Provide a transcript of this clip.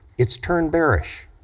it's turned bearish.